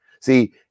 See